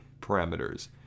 parameters